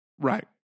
Right